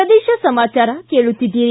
ಪ್ರದೇಶ ಸಮಾಚಾರ ಕೇಳುತ್ತಿದ್ದೀರಿ